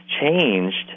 changed